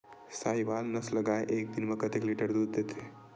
साहीवल नस्ल गाय एक दिन म कतेक लीटर दूध देथे?